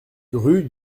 rue